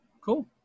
cool